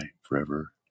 forever